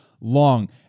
long